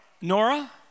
Nora